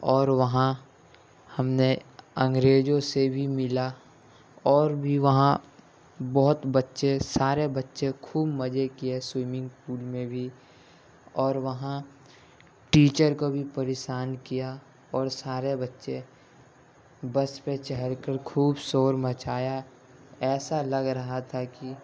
اور وہاں ہم نے انگریزوں سے بھی ملا اور بھی وہاں بہت بچے سارے بچے خوب مزے کیے سوئمنگ پول میں بھی اور وہاں ٹیچر کو بھی پریشان کیا اور سارے بچے بس پہ چڑھ کر خوب شور مچایا ایسا لگ رہا تھا کہ